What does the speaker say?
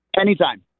Anytime